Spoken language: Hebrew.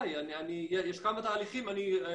אני רוצה להגיד לכל השותפים שנמצאים היום בזום,